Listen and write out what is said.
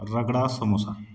ragda samosa